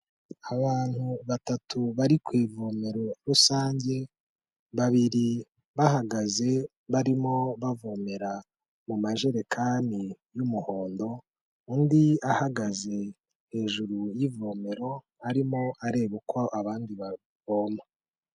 Abantu batatu bari ku ivomero rusange, babiri bahagaze barimo bavomera mu majerekani y'umuhondo, undi ahagaze hejuru y'ivomero arimo areba uko abandi bavoma.